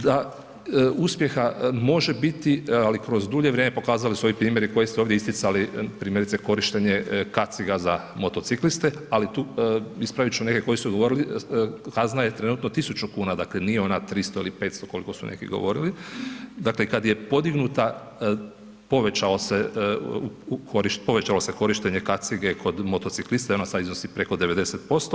Da uspjeha može biti, ali kroz dulje vrijeme pokazali su ovi primjeri koji su se ovdje isticali, primjerice korištenje kaciga za motocikliste, ali tu, ispravit ću neke koji su govorili, kazna je trenutno 1.000,00 kn, dakle, nije ona 300 ili 500 koliko su neki govorili, dakle, kad je podignuta, povećalo se korištenje kacige kod motociklista i ono sad iznosi preko 90%